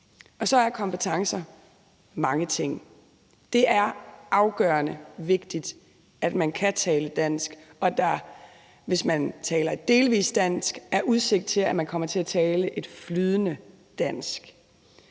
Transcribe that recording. Så er kompetencer også mange ting. Det er afgørende vigtigt, at man kan tale dansk, og at der, hvis man taler delvis dansk, er udsigt til, at man kommer til at tale flydende dansk.